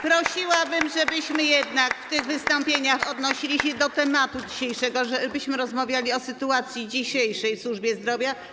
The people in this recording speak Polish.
Prosiłabym, żebyśmy jednak w tych wystąpieniach odnosili się do tematu dzisiejszego, żebyśmy rozmawiali o sytuacji dzisiejszej w służbie zdrowia.